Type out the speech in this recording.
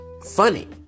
funny